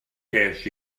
ces